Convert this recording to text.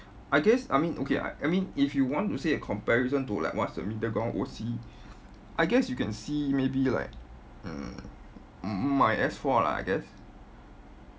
I guess I mean okay I mean if you want to see a comparison to like what's the middle ground O_C I guess you can see maybe like mm my S four lah I guess